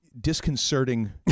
disconcerting